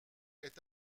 est